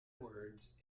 words